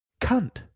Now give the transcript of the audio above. Cunt